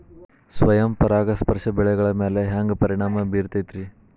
ಸ್ವಯಂ ಪರಾಗಸ್ಪರ್ಶ ಬೆಳೆಗಳ ಮ್ಯಾಲ ಹ್ಯಾಂಗ ಪರಿಣಾಮ ಬಿರ್ತೈತ್ರಿ?